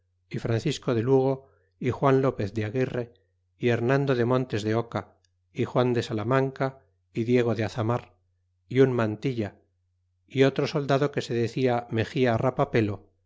y francisco de lugo y juan lopez de aguirre y hernando de montes de oca y juan de salamanca y diego de azan gar y un mantilla y otro soldado que se decia mexía rap